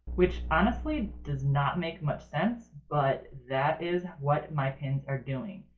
which honestly does not make much sense, but that is what my pins are doing.